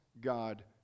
God